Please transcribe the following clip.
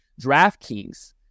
DraftKings